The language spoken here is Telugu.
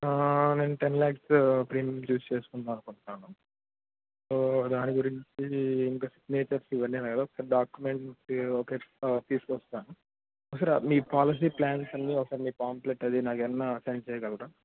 నేను టెన్ లాక్సు ప్రీమియుమ్ చూస్ చేసుకుందాం అనుకుంటున్నాను సో దాని గురించి ఇంక స్టెటస్సు ఇవ్వన్ని ఉన్నాయి కదా డాక్యుమెంట్సు ఓకే తీసుకొస్తాను ఒకసారి మీ పాలసీ ప్లాన్స్ అన్నీ ఒకసారి మీ పాంప్లెట్ అది నాకు ఏదైనా సెండ్ చేయగలరా